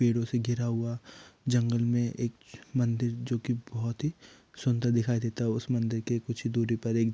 पेड़ों से घिरा हुआ जंगल में एक मंदिर जो कि बहुत ही सुन्दर दिखाई देता उस मंदिर के कुछ ही दूरी पर एक